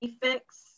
Prefix